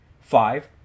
Five